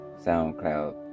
soundcloud